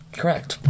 correct